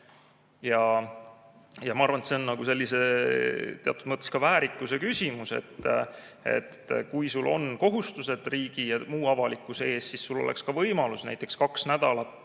saa. Ma arvan, et see on teatud mõttes ka väärikuse küsimus. Kui sul on kohustused riigi ja muu avalikkuse ees, siis sul peaks olema ka võimalus näiteks kaks nädalat,